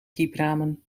kiepramen